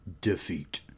defeat